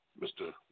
Mr